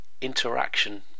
interaction